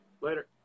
Later